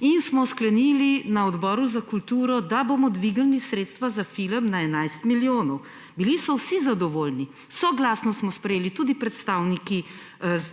in smo sklenili na Odboru za kulturo, da bomo dvignili sredstva za film na 11 milijonov. Vsi so bili zadovoljni, soglasno smo sprejeli, tudi predstavniki